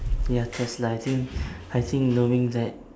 ya tesla I think I think knowing that